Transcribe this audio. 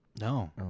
No